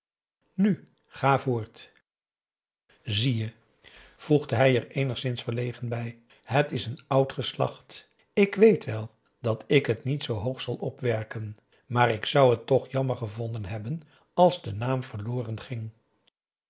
nu ga voort zie je voegde hij er eenigszins verlegen bij het is een oud geslacht ik weet wel dat ik het niet zoo hoog zal opwerken maar ik zou het toch jammer gevonden hebben als de naam verloren ging